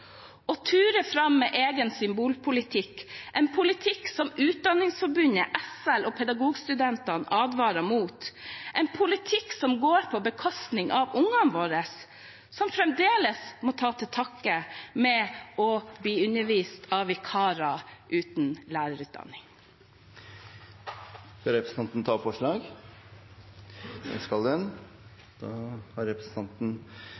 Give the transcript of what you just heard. å ture fram med egen symbolpolitikk, en politikk som Utdanningsforbundet, SL og pedagogstudentene advarer mot, en politikk som går på bekostning ungene våre, som fremdeles må ta til takke med å bli undervist av vikarer uten lærerutdanning. Jeg tar opp SVs forslag i saken. Representanten Mona Lill Fagerås har tatt opp